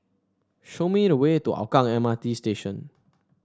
show me the way to Hougang M R T Station